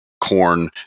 corn